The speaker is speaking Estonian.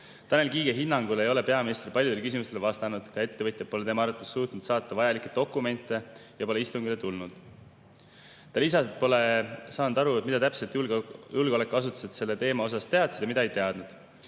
Tanel Kiige hinnangul ei ole peaminister paljudele küsimustele vastanud. Ka ettevõtjad pole tema arvates suutnud saata vajalikke dokumente ja pole istungile tulnud. Ta lisas, et pole saanud aru, mida täpselt julgeolekuasutused selle teema kohta teadsid ja mida ei teadnud.